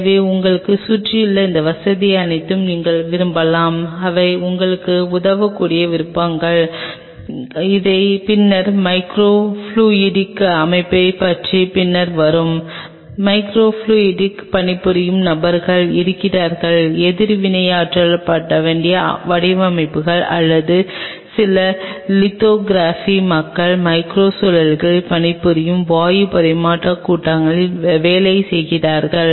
எனவே உங்களைச் சுற்றியுள்ள இந்த வசதிகள் அனைத்தையும் நீங்கள் விரும்பலாம் இவை உங்களுக்கு உதவக்கூடிய விஷயங்கள் இவை பின்னர் மைக்ரோ பிலுயூடிக் அமைப்பைப் பற்றி பின்னர் வரும் மைக்ரோ பிலுயூடிக் பணிபுரியும் நபர்கள் இருக்கிறார்கள் எதிர்வினையாற்றப்பட்ட வடிவமைப்புகள் அல்லது சில லித்தோகிராஃபி மக்கள் மைக்ரோ உலைகளில் பணிபுரியும் வாயு பரிமாற்ற கூட்டங்களில் வேலை செய்கிறார்கள்